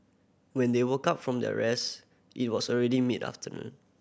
when they woke up from their rest it was already mid afternoon